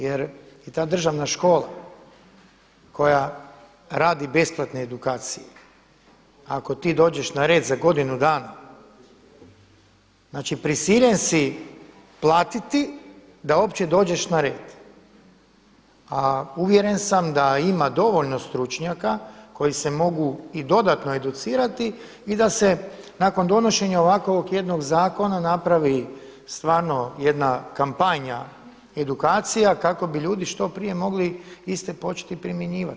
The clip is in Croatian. Jer i ta državna škola koja radi besplatne edukacije ako ti dođeš na red za godinu dana znači prisiljen si platiti da opće dođeš na red a uvjeren sam da ima dovoljno stručnjaka koji se mogu i dodatno educirati i da se nakon donošenja ovakvog jedno zakona napravi stvarno jedna kampanja edukacija kako bi ljudi što prije mogli iste početi primjenjivati.